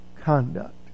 conduct